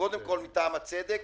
קודם כול מטעם הצדק,